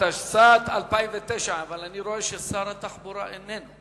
התשס"ט 2009, אבל אני רואה ששר התחבורה איננו.